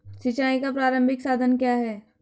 सिंचाई का प्रारंभिक साधन क्या है?